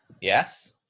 Yes